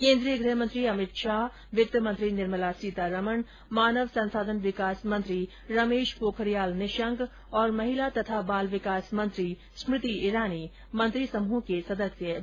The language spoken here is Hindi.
केन्द्रीय गृहमंत्री अभित शाह वित्त मंत्री निर्मला सीतारमन मानव संसाधन विकास मंत्री रमेश पोखरियाल निशंक और महिला तथा बाल विकास मंत्री स्मृति ईरानी मंत्री समूह के सदस्य बनाए गए हैं